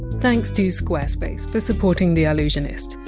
thanks to squarespace for supporting the allusionist.